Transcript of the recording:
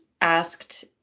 asked